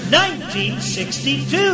1962